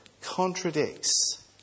contradicts